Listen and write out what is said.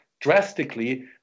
drastically